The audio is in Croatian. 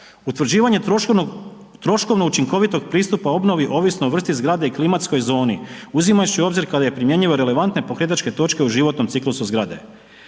troškovnog, troškovno učinkovitog pristupa obnovi ovisno o vrsti zgrade i klimatskoj zoni uzimajući u obzir kada je primjenjive relevantne pokretačke točke u životnom ciklusu zgrade,